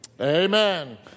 Amen